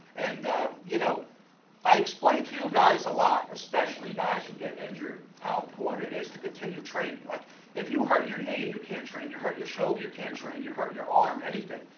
and you know i explained to you guys a lot especially guys who get injured how important is to continue training like if you hurt your knee? and you can't train you hurt your shoulder you can train you hurt your arm anything,